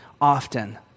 often